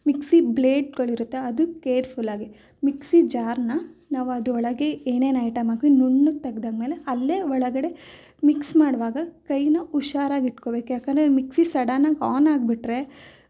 mixie ಬ್ಲೇಡ್ಗಳಿರುತ್ತೆ ಅದು ಕೇರ್ಫುಲ್ಲಾಗಿ ಮಿಕ್ಸಿ ಜಾರ್ನ ನಾವು ಅದರೊಳಗೆ ಏನೇನು ಐಟಮ್ ಹಾಕಿ ನುಣ್ಣಗೆ ತೆಗೆದಾದ್ಮೇಲೆ ಅಲ್ಲೇ ಒಳಗಡೆ ಮಿಕ್ಸ್ ಮಾಡುವಾಗ ಕೈಯ್ಯನ್ನ ಹುಷಾರಾಗಿಟ್ಕೊಳ್ಬೇಕು ಯಾಕೆಂದ್ರೆ ಮಿಕ್ಸಿ ಸಡನ್ನಾಗಿ ಆನ್ ಆಗಿಬಿಟ್ರೆ